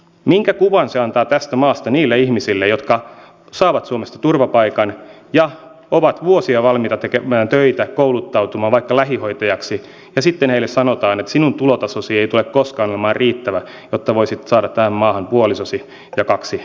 minkä kuvan se antaa tästä maasta niille ihmisille jotka saavat suomesta turvapaikan ja ovat vuosia valmiita tekemään töitä kouluttautumaan vaikka lähihoitajaksi ja sitten heille sanotaan että sinun tulotasosi ei tule koskaan olemaan riittävä jotta voisit saada tähän maahan puolisosi ja kaksi lastasi